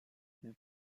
une